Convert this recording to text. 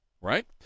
right